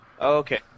Okay